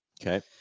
Okay